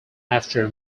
after